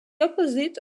opposite